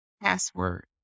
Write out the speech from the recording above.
password